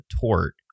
tort